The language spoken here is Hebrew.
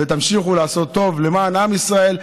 ותמשיכו לעשות טוב למען עם ישראל,